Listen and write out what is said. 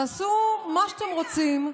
תעשו מה שאתם רוצים.